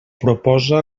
proposa